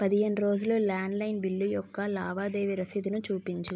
పదిహేను రోజుల landline bill యొక్క లావాదేవీ రసీదుని చూపించు